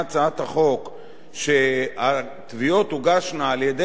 שהתביעות תוגשנה על-ידי היועץ המשפטי לממשלה,